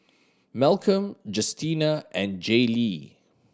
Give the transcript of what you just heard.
Malcom Justina and Jaylee